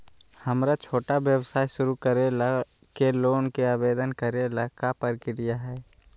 हमरा छोटा व्यवसाय शुरू करे ला के लोन के आवेदन करे ल का प्रक्रिया हई?